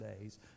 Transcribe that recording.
days